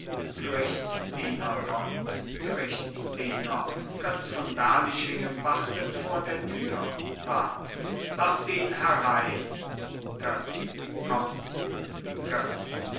gerichtsdiener götz von berlichingen wartet vor der tür rat laßt ihn herein götz kommt götz